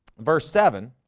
verse seven